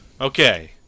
Okay